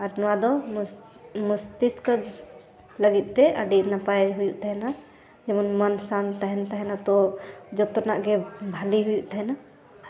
ᱟᱨ ᱱᱚᱣᱟ ᱫᱚ ᱢᱚᱥᱛᱤᱥᱠᱚ ᱞᱟᱹᱜᱤᱫᱼᱛᱮ ᱟᱹᱰᱤ ᱱᱟᱯᱟᱭ ᱦᱩᱭᱩᱜ ᱛᱟᱦᱮᱱᱟ ᱡᱮᱢᱚᱱ ᱢᱚᱱ ᱥᱟᱱᱛ ᱛᱟᱦᱮᱱ ᱛᱟᱦᱮᱱᱟ ᱛᱚ ᱡᱚᱛᱚᱱᱟᱜ ᱜᱮ ᱵᱷᱟᱞᱮ ᱦᱩᱭᱩᱜ ᱛᱟᱦᱮᱱᱟ